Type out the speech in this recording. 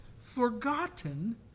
forgotten